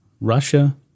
Russia